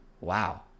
Wow